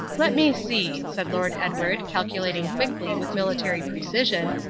let me see, said lord edward, calculating quickly, with military precision,